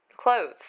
clothes